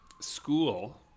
school